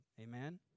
Amen